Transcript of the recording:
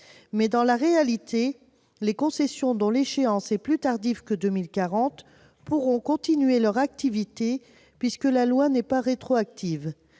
date. Dans la réalité, les concessions dont l'échéance est plus tardive que 2040 pourront continuer leurs activités, puisque la loi n'est pas rétroactive.